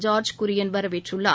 George Kurian வரவேற்றுள்ளார்